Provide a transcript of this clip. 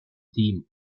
team